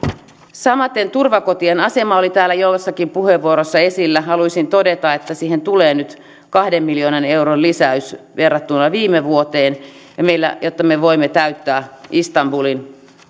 samaten turvakotien asema oli täällä joissakin puheenvuorossa esillä haluaisin todeta että siihen tulee nyt kahden miljoonan euron lisäys verrattuna viime vuoteen jotta me voimme täyttää istanbulin